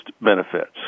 benefits